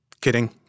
Kidding